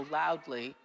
loudly